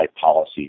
policy